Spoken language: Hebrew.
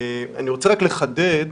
אני רוצה רק לחדד,